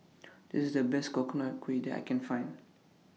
This IS The Best Coconut Kuih that I Can Find